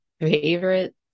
favorite